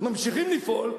ממשיכים לפעול,